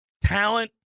talent